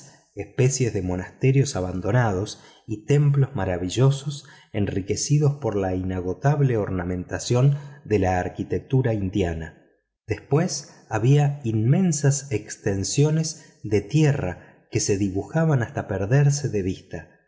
especie de monasterios abandonados y templos maravillosos enriquecidos por la inagotable ornamentación de la arquitectura hindú después habia inmensas extensiones de tierra que se dibujaban hasta perderse de vista